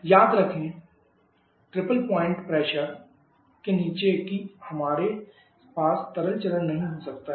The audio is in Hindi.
याद रखें ट्रिपल पॉइंट प्रेशर के नीचे कि हमारे पास तरल चरण नहीं हो सकता है